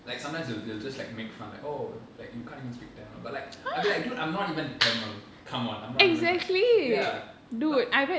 like sometimes they'll they'll just like make fun like oh like you can't even speak tamil but like I be like dude I'm not even tamil come on I'm not even like ya but